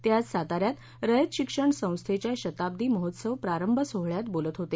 ते आज साताऱ्यात रयत शिक्षण संस्थेच्या शताब्दी महोत्सव प्रारंभ सोहळ्यात बोलत होते